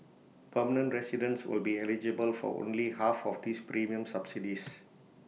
permanent residents will be eligible for only half of these premium subsidies